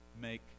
make